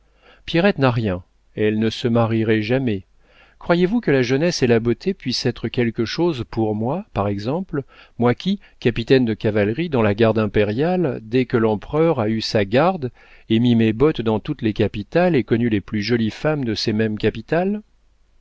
pierrette n'a rien elle ne se marierait jamais croyez-vous que la jeunesse et la beauté puissent être quelque chose pour moi par exemple moi qui capitaine de cavalerie dans la garde impériale dès que l'empereur a eu sa garde ai mis mes bottes dans toutes les capitales et connu les plus jolies femmes de ces mêmes capitales